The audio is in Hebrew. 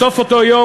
בסוף אותו יום,